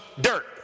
dirt